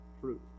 fruit